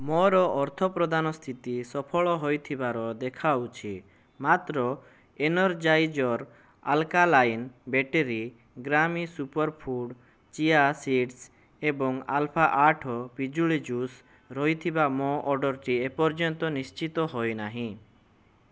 ମୋର ଅର୍ଥ ପ୍ରଦାନ ସ୍ଥିତି ସଫଳ ହୋଇଥିବାର ଦେଖାହେଉଛି ମାତ୍ର ଏନର୍ଜାଇଜର୍ ଆଲ୍କାଲାଇନ୍ ବାଟ୍ରୀ ଗ୍ରାମି ସୁପରଫୁଡ଼୍ ଚିଆ ସିଡ଼୍ସ୍ ଏବଂ ଆଲଫା ଆଠ ପିଜୁଳି ଜୁସ୍ ରହିଥିବା ମୋ ଅର୍ଡ଼ର୍ଟି ଏପର୍ଯ୍ୟନ୍ତ ନିଶ୍ଚିତ ହୋଇନାହିଁ